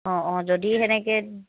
অঁ অঁ যদি সেনেকৈ